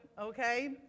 okay